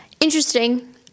Interesting